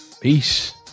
Peace